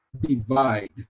Divide